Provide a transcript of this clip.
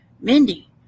Mindy